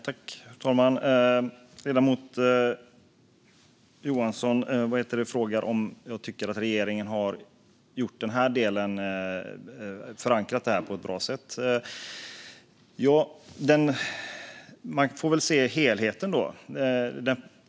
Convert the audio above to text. Fru talman! Ledamoten Johansson frågar om jag tycker att regeringen har förankrat den här delen på ett bra sätt. Man får väl se helheten.